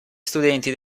studenti